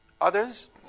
Others